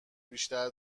بیشتر